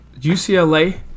UCLA